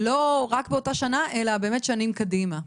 לא רק באותה שנה, אלא באמת שנים קדימה.